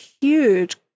huge